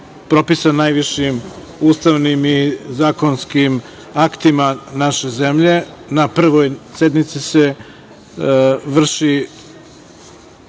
propisan najvišim ustavnim i zakonskim aktima naše zemlje, na Prvoj sednici se vrši